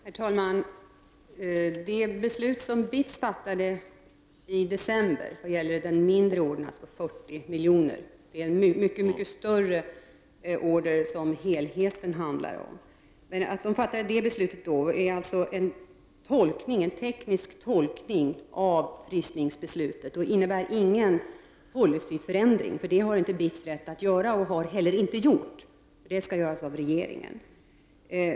Herr talman! Det beslut som fattades i december vad gäller den mindre ordern om 40 milj.kr. — totalt sett handlar det om en mycket större order — är en teknisk tolkning av frysningsbeslutet. Det innebär inte någon policyförändring, för en sådan har BITS inte rätt att göra. Det har man heller inte gjort. Det är ju en sak som skall göras av regeringen.